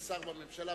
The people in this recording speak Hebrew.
כשר בממשלה,